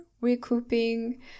recouping